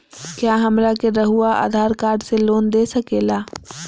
क्या हमरा के रहुआ आधार कार्ड से लोन दे सकेला?